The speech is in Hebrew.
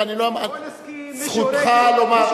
זכותך לומר,